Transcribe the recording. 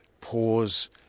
pause